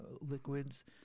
liquids